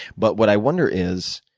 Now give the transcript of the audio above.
but what i wonder is,